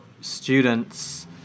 students